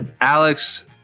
Alex